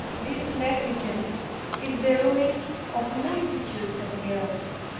this negligence is the ruin of multitudes of girls.